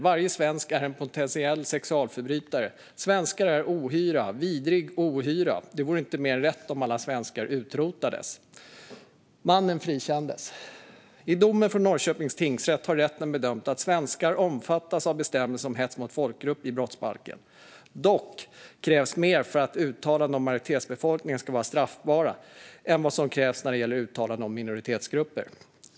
Varje svensk är en potentiell sexualförbrytare. Svenskar är ohyra, vidrig ohyra. Det vore inte mer än rätt om alla svenskar utrotades." Mannen frikändes. I domen i Norrköpings tingsrätt har rätten bedömt att svenskar omfattas av bestämmelsen om hets mot folkgrupp i brottsbalken. Dock krävs mer för att uttalanden om majoritetsbefolkningen ska vara straffbara än vad som krävs när det gäller uttalanden om minoritetsgrupper.